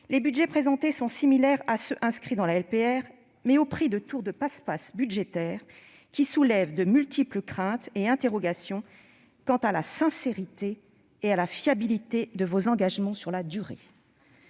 les budgets présentés sont similaires à ceux qui sont inscrits dans la LPR, mais au prix de tours de « passe-passe » budgétaires qui soulèvent de multiples craintes et interrogations quant à la sincérité et à la fiabilité de vos engagements sur la durée.